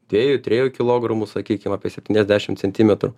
dviejų triejų kilogramų sakykim apie septyniasdešim centimetrų